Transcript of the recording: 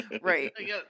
Right